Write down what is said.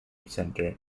centre